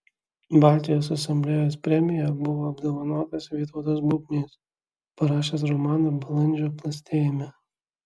baltijos asamblėjos premija buvo apdovanotas vytautas bubnys parašęs romaną balandžio plastėjime